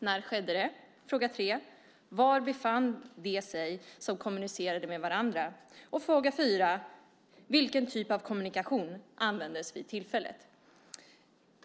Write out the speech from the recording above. När skedde det? Var befann sig de som kommunicerade med varandra? Vilken typ av kommunikation användes vid tillfället?